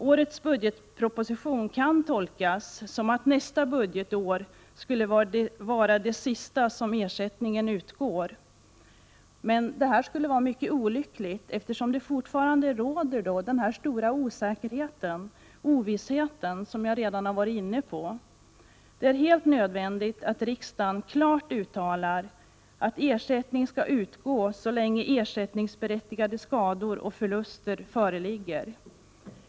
Årets budgetproposition kan tolkas så att nästa budgetår är det sista som ersättningen utgår. Detta skulle vara mycket olyckligt, eftersom det fortfarande råder stor osäkerhet och ovisshet, som jag redan har varit inne på. Det är helt nödvändigt att riksdagen klart uttalar att ersättning skall utgå så länge ersättningsberättigade skador och förluster föreligger.